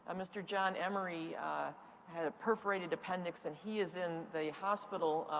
ah mr. john emery had a perforated appendix and he's in the hospital.